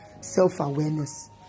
self-awareness